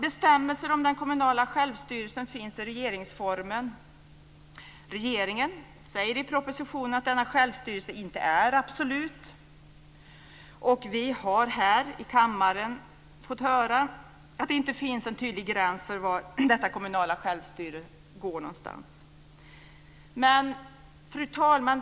Bestämmelser om den kommunala självstyrelsen finns i regeringsformen. Regeringen säger i propositionen att denna självstyrelse inte är absolut. Vi har här i kammaren fått höra att det inte finns en tydlig gräns för var detta kommunala självstyre går någonstans. Fru talman!